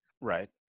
right